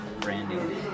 branding